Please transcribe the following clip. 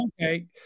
okay